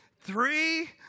three